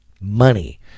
Money